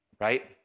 Right